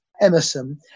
Emerson